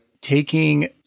taking